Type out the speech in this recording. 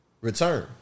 return